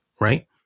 Right